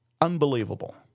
Unbelievable